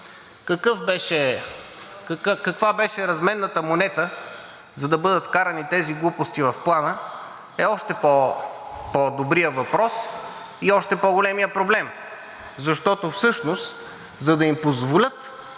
Каква беше разменната монета, за да бъдат вкарани тези глупости в Плана, е още по-добрият въпрос и още по-големият проблем, защото всъщност, за да им позволят